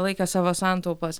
laikė savo santaupas